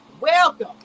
Welcome